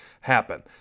happen